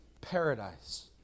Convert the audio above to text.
Paradise